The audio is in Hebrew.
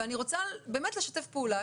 ואני רוצה לשתף פעולה.